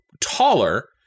taller